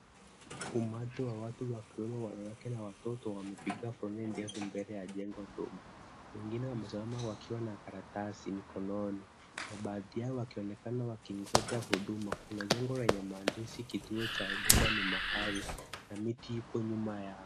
Umati wa watu wakiwemo wakenya na watoto wamepiga foleni ndefu mbele ya jengo ndogo. Wengine wamesimama wakiwa na karatasi mikononi. Na baadhi yao wakionekana wakiongoja huduma. Kuna jengo lenye maandishi kituo cha huduma ni mahali na miti iko nyuma yao.